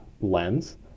lens